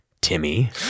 timmy